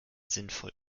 sinnvoll